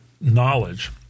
knowledge